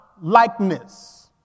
likeness